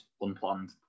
unplanned